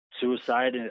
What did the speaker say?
suicide